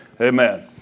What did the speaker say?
Amen